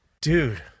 Dude